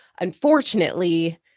unfortunately